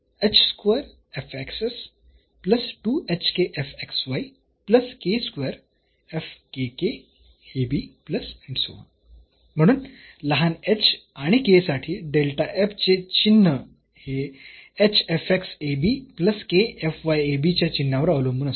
म्हणून लहान साठी चे चिन्ह हे च्या चिन्हावर अवलंबून असेल